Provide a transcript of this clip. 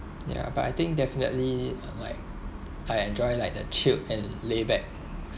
ya but I think definitely like I enjoy like the chill and laid- back